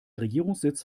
regierungssitz